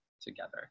together